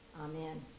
Amen